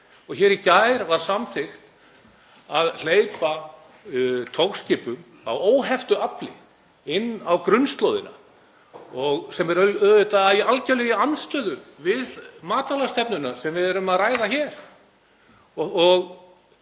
Hér í gær var samþykkt að hleypa togskipum á óheftu afli inn á grunnslóðina, sem er auðvitað algjörlega í andstöðu við matvælastefnuna sem við erum að ræða hér.